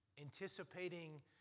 anticipating